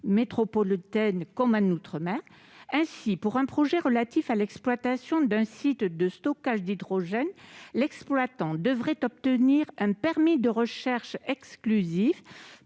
métropole comme en outre-mer. Ainsi, pour un projet relatif à l'exploitation d'un site de stockage d'hydrogène, l'exploitant devrait obtenir un permis exclusif